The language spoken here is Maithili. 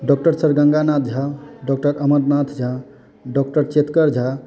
doctor sir Ganganand Jha doctor Amarnath Jha डॉ चेतकर झा